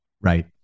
Right